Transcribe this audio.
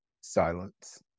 Silence